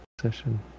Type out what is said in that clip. session